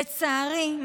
לצערי,